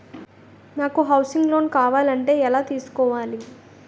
నాకు housing loan కావాలంటే ఎలా తీసుకోవాలి?